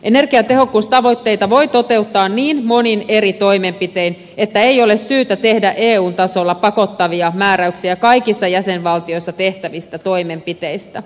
energiatehokkuustavoitteita voi toteuttaa niin monin eri toimenpitein että ei ole syytä tehdä eun tasolla pakottavia määräyksiä kaikissa jäsenvaltioissa tehtävistä toimenpiteistä